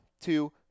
two